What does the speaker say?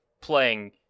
playing